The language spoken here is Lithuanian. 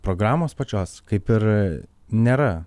programos pačios kaip ir nėra